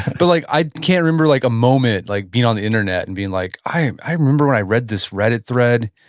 but like i can't remember like a moment like being on the internet and being like, i i remember when i read this reddit thread,